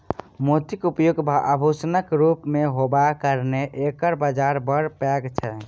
मोतीक उपयोग आभूषणक रूप मे होयबाक कारणेँ एकर बाजार बड़ पैघ छै